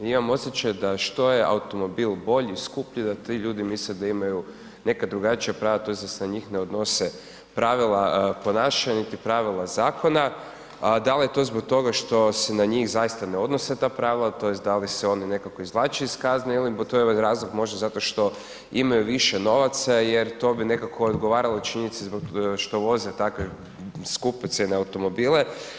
Imam osjećaj da što je automobil bolji i skuplji da ti ljudi misle da imaju neka drugačija prava tj. da se na njih ne odnose pravila ponašanja niti zakona, a da li je to zbog toga što se na njih zaista ne odnose ta pravila tj. da li se oni nekako izvlače iz kazne ili je to ovaj razlog možda zato što imaju više novaca jer to bi nekako odgovaralo činjenici zbog toga što voze takve skupocjene automobile.